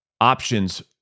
options